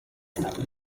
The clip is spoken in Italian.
senato